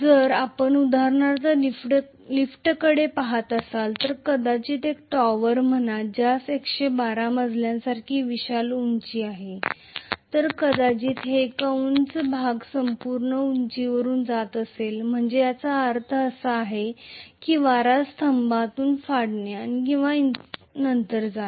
जर आपण उदाहरणार्थ लिफ्टकडे पहात असाल तर कदाचित एक टॉवर म्हणा ज्यास 112 मजल्यासारखी विशाल उंची आहे तर कदाचित ते एका उंच भागात संपूर्ण उंचीवरुन जात असेल म्हणजे याचा अर्थ असा आहे की वारा स्तंभातून फाडणे आणि नंतर जाणे